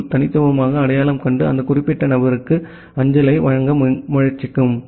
D க்குள் தனித்துவமாக அடையாளம் கண்டு அந்த குறிப்பிட்ட நபருக்கு அஞ்சலை வழங்க முயற்சிக்கும்